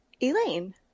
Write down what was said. Elaine